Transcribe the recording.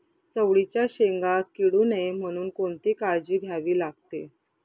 चवळीच्या शेंगा किडू नये म्हणून कोणती काळजी घ्यावी लागते?